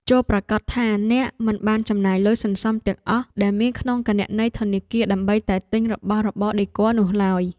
ចូរប្រាកដថាអ្នកមិនបានចំណាយលុយសន្សំទាំងអស់ដែលមានក្នុងគណនីធនាគារដើម្បីតែទិញរបស់របរដេគ័រនោះឡើយ។